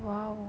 !wow!